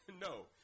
No